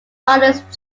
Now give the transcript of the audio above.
artist